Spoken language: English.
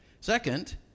Second